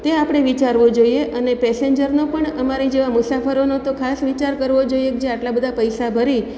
તે આપણે વિચારવું જોઈએ અને પેસેન્જરનો પણ અમારી જેવા મુસાફરોનો તો ખાસ વિચાર કરવો જોઈએ કે જે આટલા બધા પૈસા ભરી